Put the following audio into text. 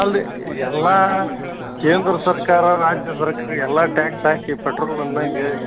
ಅಲ್ಲ ರೀ ಎಲ್ಲಾ ಕೇಂದ್ರ ಸರ್ಕಾರ ರಾಜ್ಯ ಸರ್ಕಾರ ಎಲ್ಲ ಟ್ಯಾಕ್ಸ್ ಹಾಕಿ ಪೆಟ್ರೋಲನ್ನ